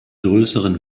größeren